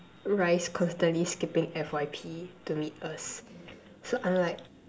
rice constantly skipping F_Y_P to meet us so I'm like